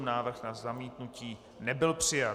Návrh na zamítnutí nebyl přijat.